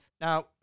Now